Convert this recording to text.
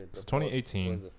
2018